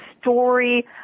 story